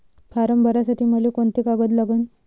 Form भरासाठी मले कोंते कागद लागन?